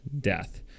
death